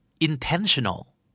Intentional